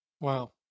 Wow